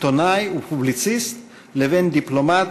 עיתונאי ופובליציסט לבין דיפלומט,